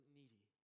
needy